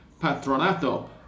Patronato